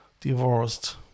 divorced